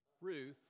Ruth